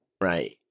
Right